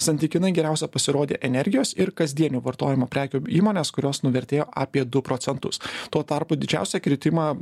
santykinai geriausia pasirodė energijos ir kasdienių vartojimo prekių įmonės kurios nuvertėjo apie du procentus tuo tarpu didžiausią kritimą